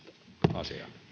asiaan